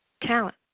talent